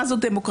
מה זו דמוקרטיה.